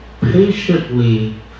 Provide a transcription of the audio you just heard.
patiently